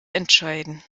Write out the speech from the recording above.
entscheiden